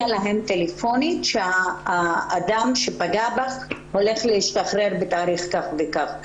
להן טלפונית שהאדם שפגע בה הולך להשתחרר בתאריך כזה וכזה?